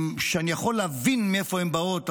שאני יכול להבין מאיפה הן באות,